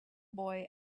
boy